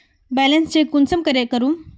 Balance check कुंसम करे करूम?